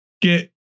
Get